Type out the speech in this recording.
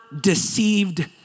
deceived